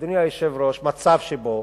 אדוני היושב-ראש, מצב שבו